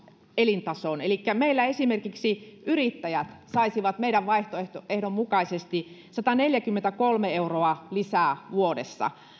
elintasoon elikkä esimerkiksi yrittäjät saisivat meidän vaihtoehtomme mukaisesti sataneljäkymmentäkolme euroa lisää vuodessa ja